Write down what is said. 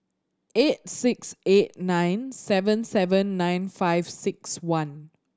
eight six eight nine seven seven nine five six one